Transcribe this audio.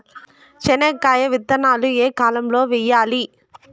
చెనక్కాయ విత్తనాలు ఏ కాలం లో వేయాలి?